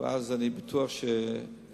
ואז אני בטוח שנחדש.